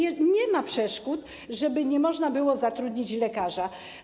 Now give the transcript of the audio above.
I nie ma przeszkód, żeby nie można było zatrudnić lekarza.